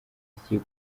zigiye